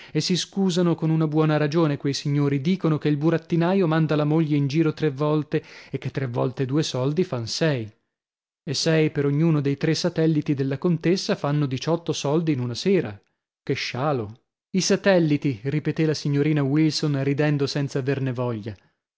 e si scusano con una buona ragione quei signori dicono che il burattinaio manda la moglie in giro tre volte e che tre volte due soldi fan sei e sei per ognuno dei tre satelliti della contessa fanno diciotto soldi in una sera che scialo i satelliti ripetè la signorina wilson ridendo senza averne voglia